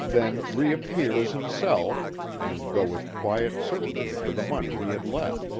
then reappear as himself and go with quiet certainty for the money he had left.